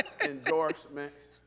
endorsements